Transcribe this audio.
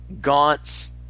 Gaunt's